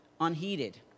unheeded